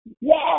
Yes